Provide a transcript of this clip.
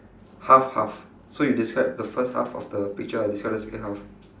half half so you describe the first half of the picture I describe the second half